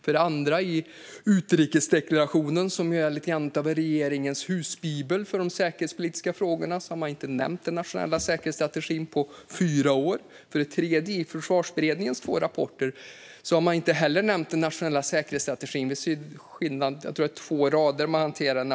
För det andra: I utrikesdeklarationen, som lite grann är regeringens husbibel för de säkerhetspolitiska frågorna, har man inte nämnt den nationella säkerhetsstrategin på fyra år. För det tredje: I Försvarsberedningens två rapporter har man heller inte nämnt den nationella säkerhetsstrategin förutom på två rader där man hanterar den.